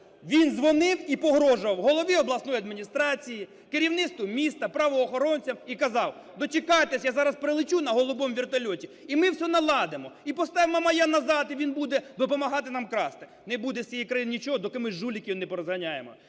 він дзвонив і погрожував голові обласної адміністрації, керівництву міста, правоохоронцям і казав: "Дочекайтесь, я зараз прилечу на голубому вертольоті і ми все наладимо. І поставимо Мамая назад, і він буде допомагати нам красти". Не буде в цій країні нічого, доки ми жуликів не порозганяємо.